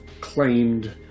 claimed